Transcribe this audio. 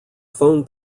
phone